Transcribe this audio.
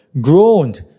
groaned